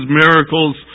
miracles